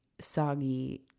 soggy